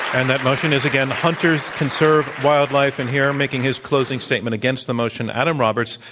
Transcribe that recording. and that motion is, again, hunters conserve wildlife. and here making his closing statement against the motion, adam roberts,